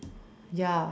ya